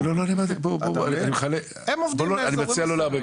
אני מציע לא לערבב,